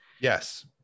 Yes